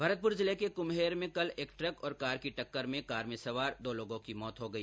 भरतपुर जिले के कम्हेर में कल एक ट्रक और कार की टक्कर में कार में सवार दो लोगों की मौत हो गई